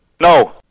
No